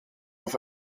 auf